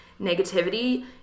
negativity